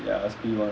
ya I was P one